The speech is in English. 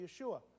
Yeshua